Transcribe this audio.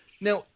Now